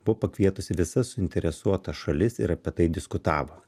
buvo pakvietusi visas suinteresuotas šalis ir apie tai diskutavo